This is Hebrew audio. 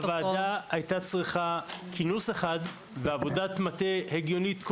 הוועדה הייתה צריכה כינוס אחד ועבודת מטה הגיונית,